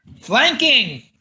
Flanking